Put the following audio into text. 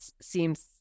seems